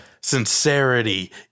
sincerity